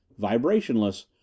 Vibrationless